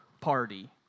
party